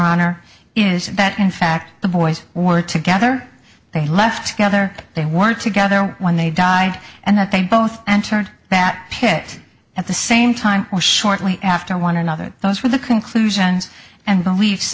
honor is that in fact the boys were together they left the other they were together when they died and that they both entered that pit at the same time or shortly after one another those were the conclusions and beliefs